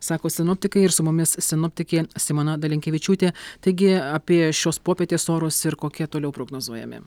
sako sinoptikai ir su mumis sinoptikė simona dalinkevičiūtė taigi apie šios popietės orus ir kokie toliau prognozuojami